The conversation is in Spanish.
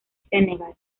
senegal